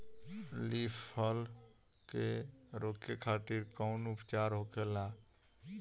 Leaf curl के रोके खातिर कउन उपचार होखेला?